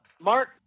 Mark